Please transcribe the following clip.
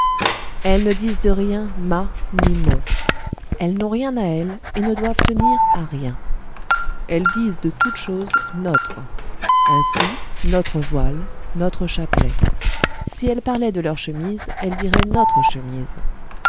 elles ne disent de rien ma ni mon elles n'ont rien à elles et ne doivent tenir à rien elles disent de toute chose notre ainsi notre voile notre chapelet si elles parlaient de leur chemise elles diraient notre chemise